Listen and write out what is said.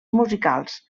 musicals